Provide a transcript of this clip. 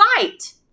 fight